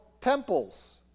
temples